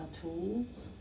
tools